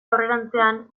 aurrerantzean